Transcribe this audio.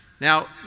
Now